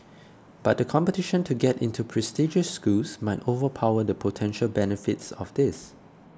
but the competition to get into prestigious schools might overpower the potential benefits of this